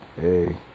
hey